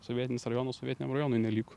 sovietinis rajonas sovietiniam rajonui nelygu